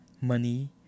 Money